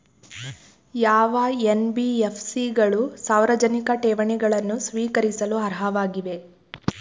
ಯಾವ ಎನ್.ಬಿ.ಎಫ್.ಸಿ ಗಳು ಸಾರ್ವಜನಿಕ ಠೇವಣಿಗಳನ್ನು ಸ್ವೀಕರಿಸಲು ಅರ್ಹವಾಗಿವೆ?